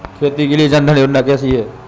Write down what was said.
खेती के लिए जन धन योजना कैसी है?